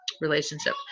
relationship